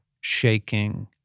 shaking